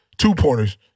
two-pointers